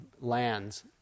lands